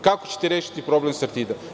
Kako ćete rešiti problem„Sartida“